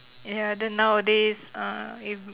ya then nowadays uh if